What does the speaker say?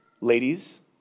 Ladies